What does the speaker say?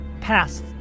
pass